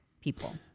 people